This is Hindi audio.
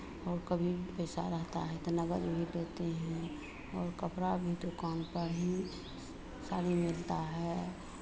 कभी पैसा रहता है तो नगद भी लेते हैं और कपड़ा भी दुकान पर ही साड़ी मिलता है